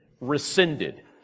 rescinded